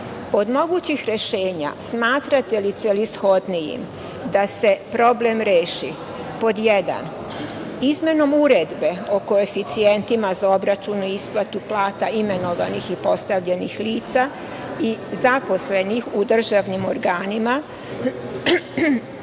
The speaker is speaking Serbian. mogućih rešenja smatrate li celishodnijim da se problem reši, pod jedan, izmenom Uredbe o koeficijentima za obračun i isplatu plata imenovanih i postavljenih lica i zaposlenih u državnim organima